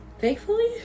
Thankfully